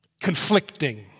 conflicting